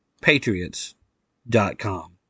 Patriots.com